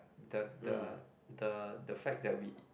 the the the the fact that we